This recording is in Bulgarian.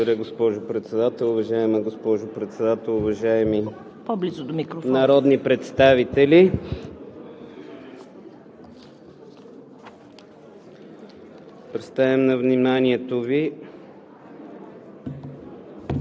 Благодаря, госпожо Председател. Уважаема госпожо Председател, уважаеми народни представители! Представям на вниманието Ви